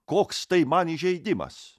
koks tai man įžeidimas